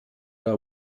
are